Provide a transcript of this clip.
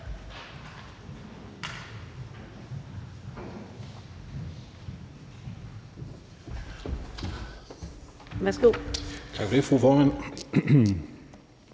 Tak